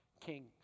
kings